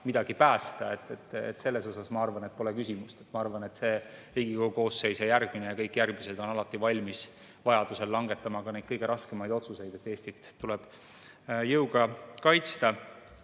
midagi päästa. Selles, ma arvan, pole küsimust. Ma arvan, et see Riigikogu koosseis ja järgmine ja kõik järgmised on alati valmis vajaduse korral langetama ka neid kõige raskemaid otsuseid, kui Eestit tuleb jõuga kaitsta.